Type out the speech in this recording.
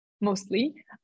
mostly